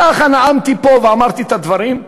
ככה נאמתי פה ואמרתי את הדברים.